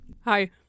Hi